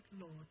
Lord